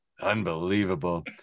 Unbelievable